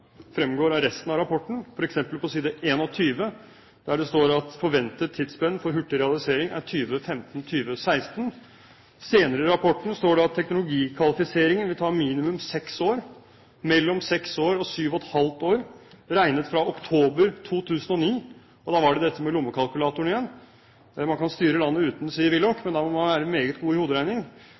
fremgår av resten av rapporten, f.eks. på side 21, der det står at forventet tidsspenn for hurtig realisering er «2015-2016». Senere i rapporten står det at teknologikvalifiseringen vil ta minimum seks år, mellom seks år og syv og et halvt år regnet fra oktober 2009. Og da var det dette med lommekalkulatoren igjen. Man kan styre landet uten, sier Willoch, men da må man være meget god i hoderegning.